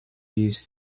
use